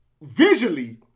visually